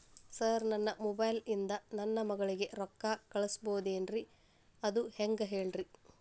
sir ನನ್ನ mobile ಇಂದ ನನ್ನ ಮಗಳಿಗೆ ರೊಕ್ಕಾ ಕಳಿಸಬಹುದೇನ್ರಿ ಅದು ಹೆಂಗ್ ಹೇಳ್ರಿ